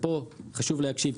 ופה חשוב להקשיב,